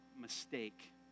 mistake